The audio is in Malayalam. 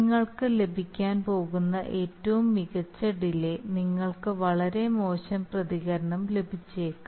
നിങ്ങൾക്ക് ലഭിക്കാൻ പോകുന്ന ഏറ്റവും മികച്ച ഡിലേ നിങ്ങൾക്ക് വളരെ മോശം പ്രതികരണം ലഭിച്ചേക്കാം